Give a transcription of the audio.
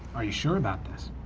are you sure about this?